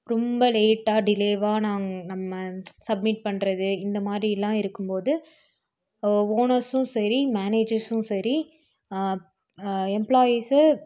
ரொம்ப லேட்டாக டிலேவாக நாங் நம்ம சப்மிட் பண்றது இந்த மாதிரிலான் இருக்கும்போது ஓ ஓனர்ஸும் சரி மேனேஜர்ஸும் சரி எம்ப்ளாயிஸு